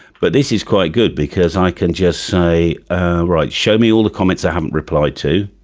but this is quite good because i can just say right, show me all the comments i haven't replied to.